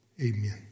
Amen